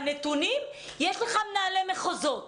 יש לך מנהלי מחוזות,